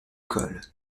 cols